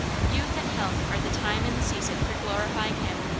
youth and health are the time and the season for glorifying him.